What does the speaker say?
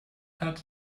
hat